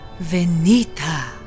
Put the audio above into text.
Venita